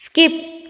skip